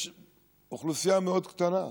יש אוכלוסייה מאוד קטנה.